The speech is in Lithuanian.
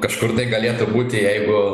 kažkur tai galėtų būti jeigu